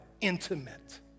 intimate